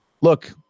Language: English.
look